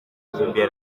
imbere